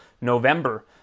November